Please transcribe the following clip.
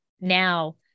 now